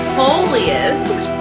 holiest